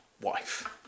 wife